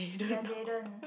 ya Zyden